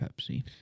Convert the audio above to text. Pepsi